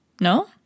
No